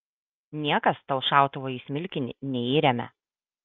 niekas tau šautuvo į smilkinį neįremia